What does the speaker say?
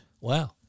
Wow